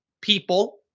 people